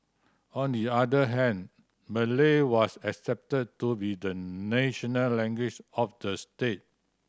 on the other hand Malay was accepted to be the national language of the state